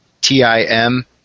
T-I-M